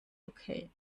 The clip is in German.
okay